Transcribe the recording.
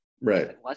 right